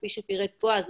כפי שפירט בועז,